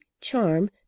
charm